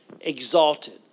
exalted